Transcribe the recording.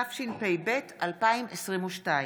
התשפ"ב 2022,